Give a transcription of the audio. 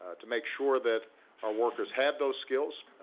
ah to make sure that our workers had those skills,